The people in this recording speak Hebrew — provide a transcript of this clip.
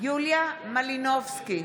יוליה מלינובסקי,